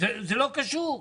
זה לא קשור,